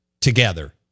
together